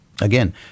again